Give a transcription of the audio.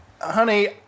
honey